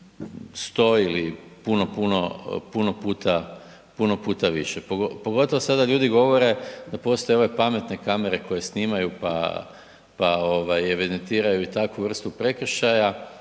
puta, puno puta više. Pogotovo sada ljudi govore da postoje ove pametne kamere koje snimaju, pa, pa ovaj evidentiraju i takvu vrstu prekršaja,